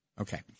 Okay